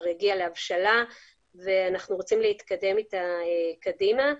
הגיעה להבשלה ואנחנו רוצים להתקדם אתה קדימה.